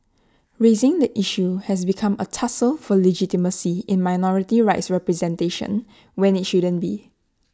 raising the issue has become A tussle for legitimacy in minority rights representation when IT shouldn't be